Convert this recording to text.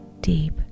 deep